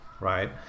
right